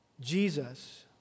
Jesus